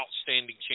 outstanding